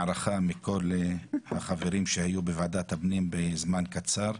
הערכה מכל החברים שהיו בוועדת הפנים בזמן קצר.